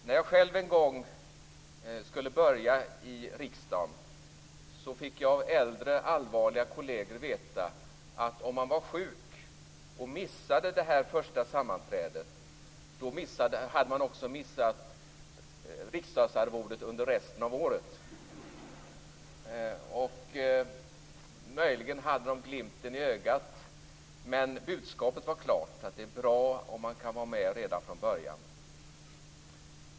När jag själv en gång skulle börja i riksdagen fick jag av äldre allvarliga kolleger veta att om man var sjuk och missade det första sammanträdet så hade man också missat riksdagsarvodet under resten av året. Möjligen hade de glimten i ögat. Men budskapet var klart: Det är bra om man kan vara med redan från början.